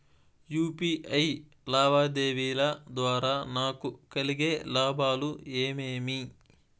UPI లావాదేవీల ద్వారా నాకు కలిగే లాభాలు ఏమేమీ?